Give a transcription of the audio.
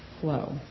flow